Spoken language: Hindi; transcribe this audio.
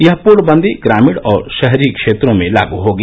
यह पूर्ण बंदी ग्रामीण और शहरी क्षेत्रों में लागू होगी